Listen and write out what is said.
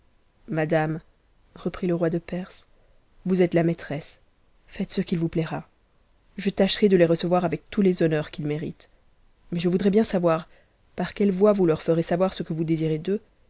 madame reprit le roi de perse vous êtes la maîtresse faites ce i vous p aira je tâcherai de les recevoir avec tous les honneurs qu'ik tueritent mais je voudrais bien savoir par quelle voie vous leur ferez savoir ce que vous désirez d'eux